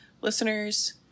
listeners